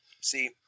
See